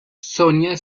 sonia